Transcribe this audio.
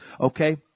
Okay